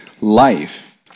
life